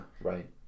right